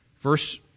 Verse